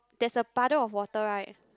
there is a puddle of water right